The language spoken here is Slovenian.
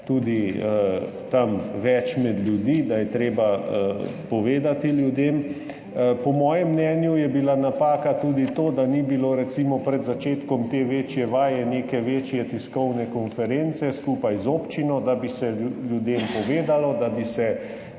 tudi več med ljudmi, da je treba povedati ljudem. Po mojem mnenju je bila napaka tudi to, da ni bilo, recimo, pred začetkom te večje vaje neke večje tiskovne konference skupaj z občino, da bi se ljudem povedalo, da bi se